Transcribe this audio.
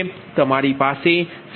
તમારી પાસે C1 C2Cm છે